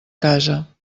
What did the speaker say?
casa